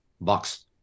box